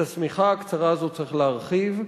את השמיכה הקצרה הזאת צריך להרחיב,